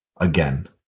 again